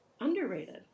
Underrated